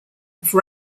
have